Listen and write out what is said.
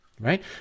right